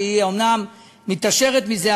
שאומנם היא מתעשרת מזה,